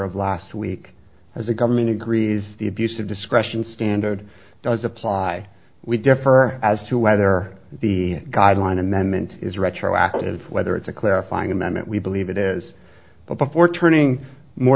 of last week as a government agrees the abuse of discretion standard does apply we differ as to whether the guideline amendment is retroactive whether it's a clarifying amendment we believe it is but before turning more